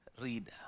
read